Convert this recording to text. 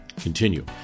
Continue